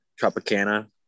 Tropicana